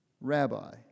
Rabbi